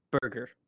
Burger